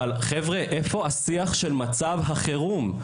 אבל חבר'ה, איפה השיח של מצב החירום?